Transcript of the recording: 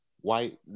white